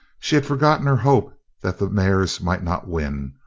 she had forgotten her hope that the mares might not win.